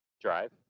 drive